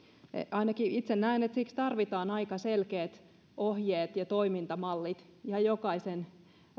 ainakin itse näen että siksi tarvitaan aika selkeät ohjeet ja toimintamallit ihan jokaisen